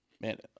Man